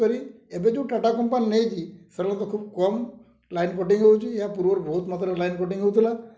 କରି ଏବେ ଯେଉଁ ଟାଟା କମ୍ପାନୀ ନେଇଛି ସେମାନେ ତ ଖୁବ କମ୍ ଲାଇନ୍ କଟିଙ୍ଗ ହେଉଛି ଏହା ପୂର୍ବରୁ ବହୁତ ମାତ୍ରାରେ ଲାଇନ୍ କଟିଙ୍ଗ ହେଉଥିଲା